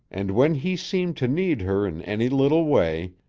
and when he seemed to need her in any little way,